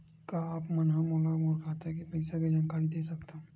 का आप मन ह मोला मोर खाता के पईसा के जानकारी दे सकथव?